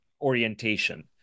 orientation